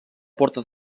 porta